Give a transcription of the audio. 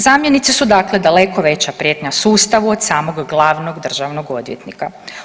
Zamjenici su dakle, daleko veća prijetnja sustavu od samog glavnog državnog odvjetnika.